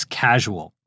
casual